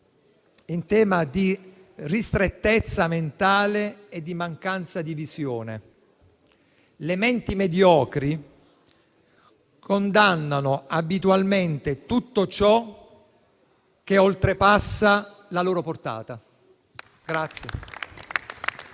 in tema di ristrettezza mentale e di mancanza di visione: «Le menti mediocri condannano abitualmente tutto ciò che è oltre la loro portata».